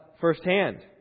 firsthand